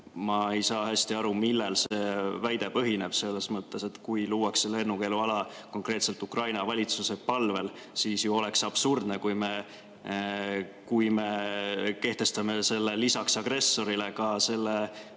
Ma ei saa hästi aru, millel see väide põhineb. Selles mõttes, et kui luuakse lennukeeluala konkreetselt Ukraina valitsuse palvel, siis oleks absurdne, kui me kehtestaksime selle lisaks agressorile ka selle